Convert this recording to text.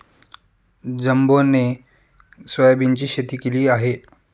जंबोने सोयाबीनची शेती केली आहे